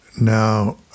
now